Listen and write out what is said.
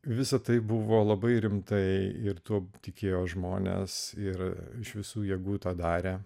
visa tai buvo labai rimtai ir tuo tikėjo žmonės ir iš visų jėgų tą darę